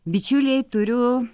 bičiuliai turiu